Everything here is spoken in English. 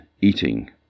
eating